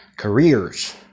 careers